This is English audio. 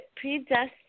predestined